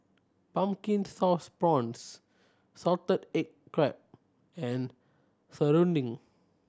Pumpkin Sauce Prawns salted egg crab and serunding